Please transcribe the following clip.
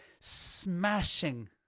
smashing